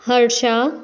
Harsha